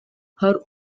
her